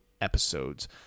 episodes